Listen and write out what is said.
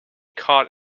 caught